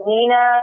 Nina